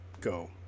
go